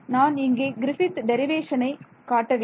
நான் இங்கே கிரிஃபித் டெரிவேஷனை இங்கே காட்டவில்லை